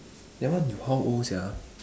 that one you how old sia